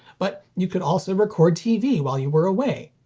but you could also record tv while you were away.